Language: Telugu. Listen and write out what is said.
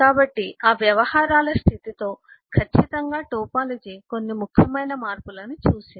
కాబట్టి ఆ వ్యవహారాల స్థితితో ఖచ్చితంగా టోపోలాజీ కొన్ని ముఖ్యమైన మార్పులను చూసింది